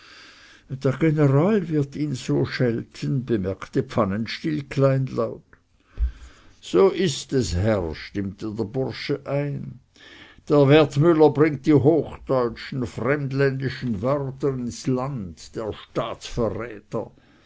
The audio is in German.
der general wird ihn so schelten bemerkte pfannenstiel kleinlaut so ist es herr stimmte der bursche ein der wertmüller bringt die hochdeutschen fremdländischen wörter ins land der staatsverräter